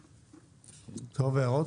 טוב, הערות?